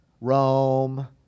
Rome